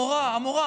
המורה,